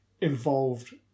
involved